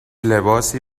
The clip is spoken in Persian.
لباسی